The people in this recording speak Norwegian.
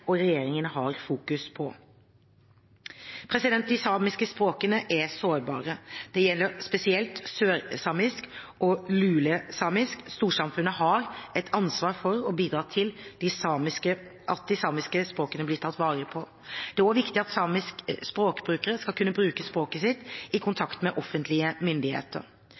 og regjeringen fokuserer på. De samiske språkene er sårbare. Det gjelder spesielt sørsamisk og lulesamisk. Storsamfunnet har et ansvar for å bidra til at de samiske språkene blir tatt vare på. Det er også viktig at samiske språkbrukere skal kunne bruke språket sitt i kontakt med offentlige myndigheter.